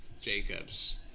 Jacobs